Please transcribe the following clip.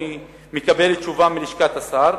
אני מקבל תשובה מלשכת השר?